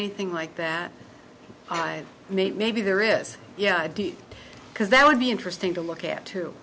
anything like that i made maybe there is yeah because that would be interesting to look at to